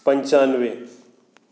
पंचानवे